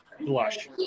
blush